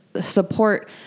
support